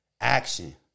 action